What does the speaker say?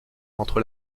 entre